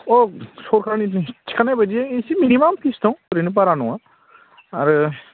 अ सरखारनि थिखानाय बायदियै इसे मिनिमाम फिस दं ओरैनो बारा नङा आरो